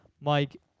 Mike